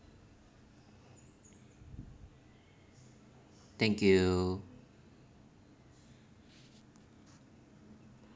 thank you